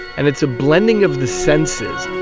and it's a blending of the senses.